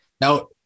Now